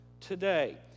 today